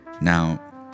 Now